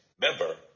Member